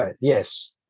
yes